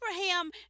Abraham